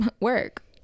work